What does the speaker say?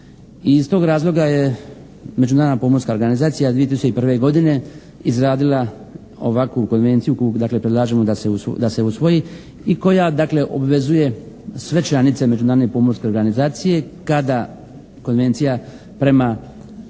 iz tog razloga je Međunarodna pomorska organizacija 2001. godine izradila ovakvu konvenciju koju dakle predlažemo da se usvoji i koja dakle obvezuje sve članice Međunarodne pomorske organizacije kada konvencija prema